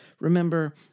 Remember